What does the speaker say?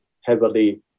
heavily